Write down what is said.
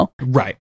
Right